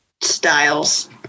styles